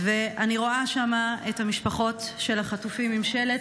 ואני רואה שם את המשפחות של החטופים עם שלט: